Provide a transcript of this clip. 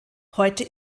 heute